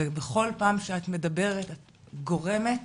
ובכל פעם שאת מדברת, את גורמת